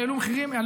והעלו מחירים.